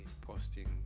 posting